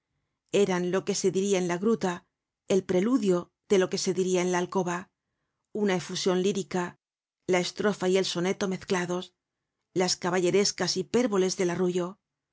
eran lo que se diria en la gruta el preludio de lo que se diria en la alcoba una efusion lírica la estrofa y el soneto mezclados las caballerescas hiperboles del arrullo